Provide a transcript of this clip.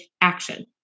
action